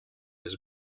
his